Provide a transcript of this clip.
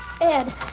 Ed